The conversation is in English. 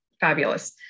fabulous